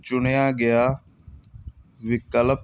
ਚੁਣਿਆ ਗਿਆ ਵਿਕਲਪ